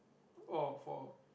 oh for